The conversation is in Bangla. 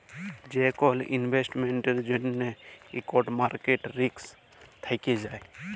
যে কল ইলভেস্টমেল্টের জ্যনহে ইকট মার্কেট রিস্ক থ্যাকে যায়